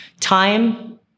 Time